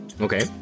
Okay